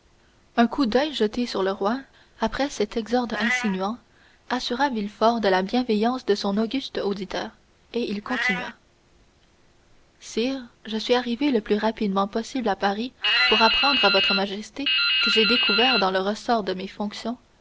un coup d'oeil jeté sur le roi après cet exorde insinuant assura villefort de la bienveillance de son auguste auditeur et il continua sire je suis arrivé le plus rapidement possible à paris pour apprendre à votre majesté que j'ai découvert dans le ressort de mes fonctions